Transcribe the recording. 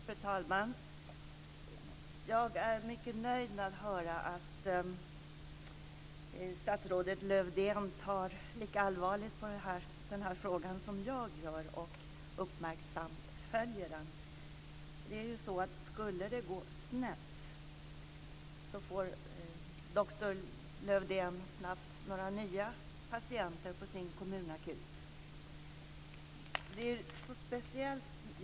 Fru talman! Jag är mycket nöjd med att höra att statsrådet Lövdén tar lika allvarligt på den här frågan som jag gör och att han uppmärksamt följer den. Skulle det gå snett får doktor Lövdén snabbt några nya patienter till sin kommunakut. Derivathandeln är speciell.